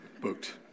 Booked